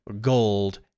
gold